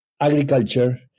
agriculture